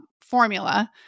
formula